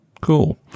Cool